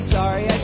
Sorry